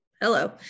hello